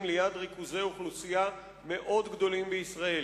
ליד ריכוזי אוכלוסייה מאוד גדולים בישראל.